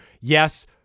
yes